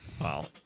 Wow